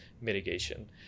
mitigation